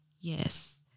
Yes